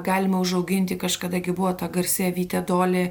galima užauginti kažkada gi buvo ta garsi avytė doli